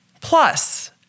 Plus